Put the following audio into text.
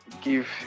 give